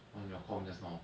why your com just now